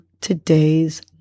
today's